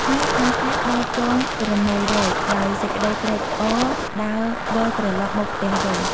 ហើយអារសាច់ដោតចងប្រមូលរែក ដោយសេចក្តីត្រេកអរដើរវិលត្រឡប់មកផ្ទះវិញ។